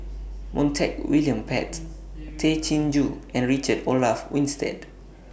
Montague William Pett Tay Chin Joo and Richard Olaf Winstedt